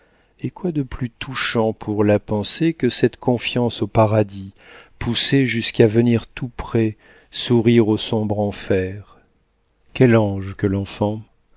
et quoi de plus touchant pour la pensée que cette confiance au paradis poussée jusqu'à venir tout près sourire au sombre enfer quel ange que l'enfant